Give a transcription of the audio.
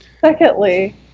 Secondly